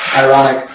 ironic